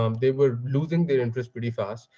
um they were losing their interest pretty fast.